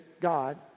God